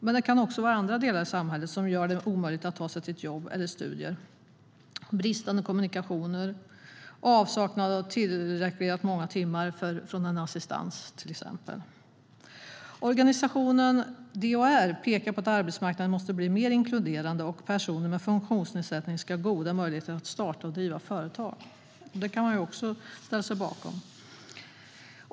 Men det kan också vara andra delar i samhället som gör det omöjligt att ta sig till jobb eller studier, till exempel bristande kommunikationer eller avsaknad av tillräckligt många timmar assistans. Organisationen DHR pekar på att arbetsmarknaden måste bli mer inkluderande och att personer med funktionsnedsättning ska ha goda möjligheter att starta och driva företag. Det kan man också ställa sig bakom.